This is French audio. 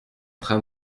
train